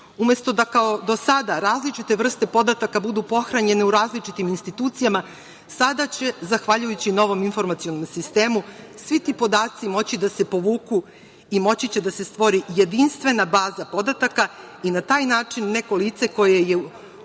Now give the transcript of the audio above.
Umesto da kao do sada različite vrste podataka budu pohranjene u različitim institucijama sada će zahvaljujući novom informacionom sistemu svi ti podaci moći da se povuku i moći će da se stvori jedinstvena baza podataka i na taj način neko lice koje je u